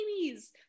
babies